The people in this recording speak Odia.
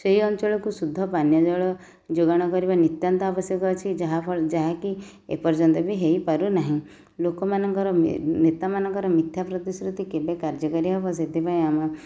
ସେହି ଅଞ୍ଚଳକୁ ଶୁଦ୍ଧ ପାନୀୟ ଜଳ ଯୋଗାଣ କରିବା ନିତ୍ୟାନ୍ତ ଆବଶ୍ୟକ ଅଛି ଯାହା ଫଳ ଯାହାକି ଏପର୍ଯ୍ୟନ୍ତ ବି ହୋଇପାରୁନାହିଁ ଲୋକମାନଙ୍କର ନେତାମାନଙ୍କର ମିଥ୍ୟା ପ୍ରତିଶ୍ରୁତି କେବେ କାର୍ଯ୍ୟକାରି ହେବ ସେଥିପାଇଁ ଆମ